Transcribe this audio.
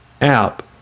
app